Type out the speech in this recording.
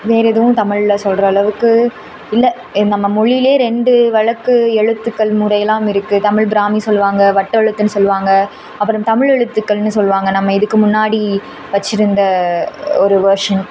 வேறு எதுவும் தமிழில் சொல்கிற அளவுக்கு இல்லை நம்ம மொழியிலே ரெண்டு வழக்கு எழுத்துக்கள் முறையெலாம் இருக்குது தமிழ் பிராமி சொல்லுவாங்க வட்டெழுத்துன்னு சொல்லுவாங்க அப்புறம் தமிழ் எழுத்துக்கள்ன்னு சொல்லுவாங்க நம்ம இதுக்கு முன்னாடி வச்சுருந்த ஒரு வெர்ஷன்